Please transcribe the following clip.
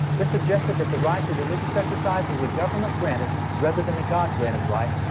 this suggested that the right to religious exercise was a government-granted rather than a god-granted right,